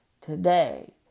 today